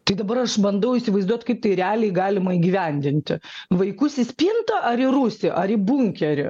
tai dabar aš bandau įsivaizduot kaip tai realiai galima įgyvendinti vaikus į spintą ar į rūsį ar į bunkerį